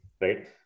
right